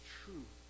true